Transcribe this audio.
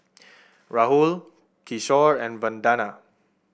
Rahul Kishore and Vandana